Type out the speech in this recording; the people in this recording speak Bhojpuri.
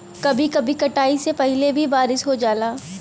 कभी कभी कटाई से पहिले भी बारिस हो जाला